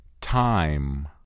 time